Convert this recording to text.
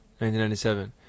1997